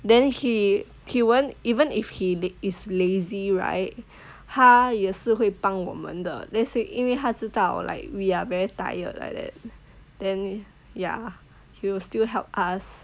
then he he won't even if he is lazy right 他也是会帮我们的 let's say 因为他知道 like we are very tired like that then ya he'll still help us